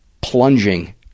plunging